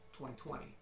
2020